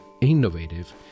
innovative